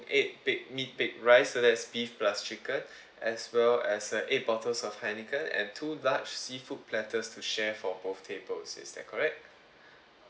eight baked meat baked rice so that's beef plus chicken as well as uh eight bottles of heineken and two large seafood platters to share for both tables is that correct